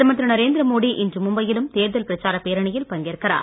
பிரதமர் திரு நரேந்திர மோடி இன்று மும்பை யிலும் தேர்தல் பிரச்சாரப் பேரணியில் பங்கேற்கிறார்